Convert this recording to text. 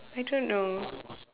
I don't know